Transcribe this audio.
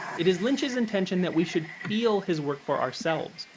it is lynch's intention that we should feel his work for ourselves,